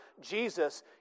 Jesus